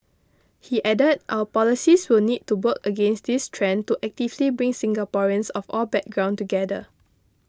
he added our policies will need to work against this trend to actively bring Singaporeans of all background together